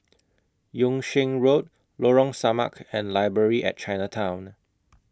Yung Sheng Road Lorong Samak and Library At Chinatown